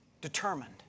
determined